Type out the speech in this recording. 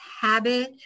Habit